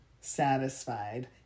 satisfied